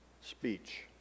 speech